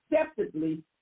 acceptably